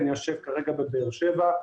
אני יושב כרגע בבאר שבע,